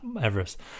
Everest